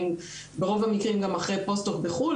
ברוב המקרים גם אחרי פוסט בחו"ל,